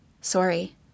Sorry